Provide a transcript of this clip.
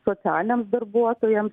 socialiniams darbuotojams